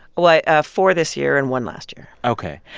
well, i ah four this year and one last year ok.